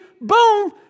boom